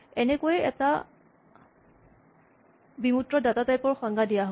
এনেকৈয়ে এটা বিমূৰ্ত ডাটা টাইপ ৰ সংজ্ঞা দিয়া হয়